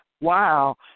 wow